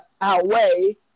Outweigh